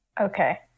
Okay